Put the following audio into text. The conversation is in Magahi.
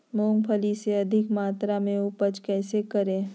मूंगफली के अधिक मात्रा मे उपज कैसे करें?